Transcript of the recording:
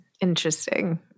interesting